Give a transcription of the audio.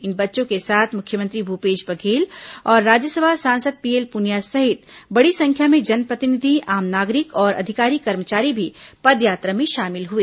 इन बच्चों के साथ मुख्यमंत्री भूपेश बघेल और राज्यसभा सांसद पीएल पुनिया सहित बड़ी संख्या में जनप्रतिनिधि आम नागरिक और अधिकारी कर्मचारी भी पदयात्रा में शामिल हुए